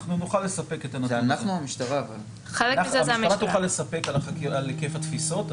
המשטרה תוכל לספק על היקף התפיסות.